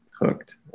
hooked